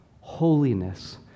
holiness